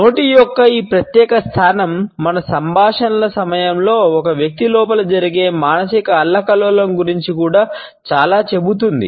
నోటి యొక్క ఈ ప్రత్యేక స్థానం మన సంభాషణల సమయంలో ఒక వ్యక్తి లోపల జరిగే మానసిక అల్లకల్లోలం గురించి కూడా చాలా చెబుతుంది